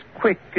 quick